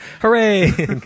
Hooray